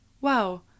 wow